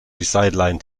sidelined